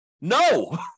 No